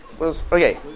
Okay